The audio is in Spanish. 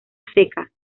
seca